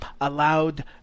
allowed